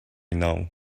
know